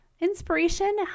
Inspiration